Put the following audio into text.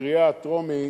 בקריאה הטרומית,